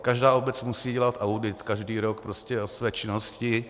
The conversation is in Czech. Každá obec musí dělat audit každý rok o své činnosti.